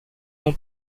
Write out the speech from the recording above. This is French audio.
mon